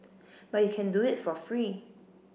but you can do it for free